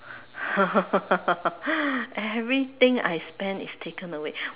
everything I spend is taken away